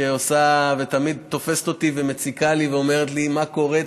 שעושה ותמיד תופסת אותי ומציקה לי ואומרת לי: מה קורה?